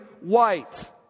white